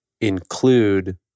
include